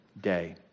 day